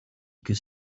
could